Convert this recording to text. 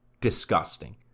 Disgusting